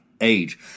age